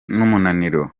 n’umunaniro